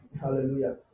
Hallelujah